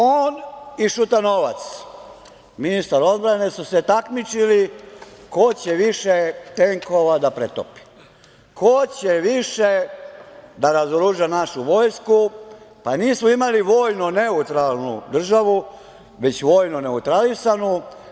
On i Šutanovac, ministar odbrane, su se takmičili ko će više tenkova da pretopi, ko će više da razoruža našu vojsku, pa nismo imali vojno neutralnu državu, već vojno neutralisanu.